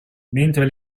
mentre